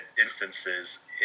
instances